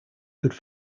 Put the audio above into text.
could